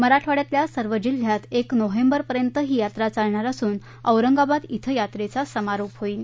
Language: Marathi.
मराठवाड्यातल्या सर्व जिल्ह्यात एक नोव्हेंबरपर्यंत ही यात्रा चालणार असून औरंगाबाद िक्वे यात्रेचा समारोप होईल